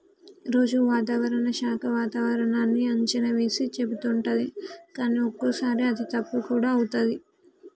రోజు వాతావరణ శాఖ వాతావరణన్నీ అంచనా వేసి చెపుతుంటది కానీ ఒక్కోసారి అది తప్పు కూడా అవుతది